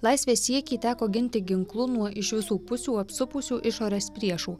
laisvės siekį teko ginti ginklu nuo iš visų pusių apsupusių išorės priešų